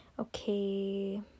Okay